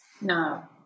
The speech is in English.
No